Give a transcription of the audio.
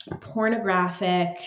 pornographic